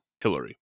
Hillary